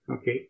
Okay